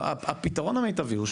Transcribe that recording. הפתרון המיטבי הוא,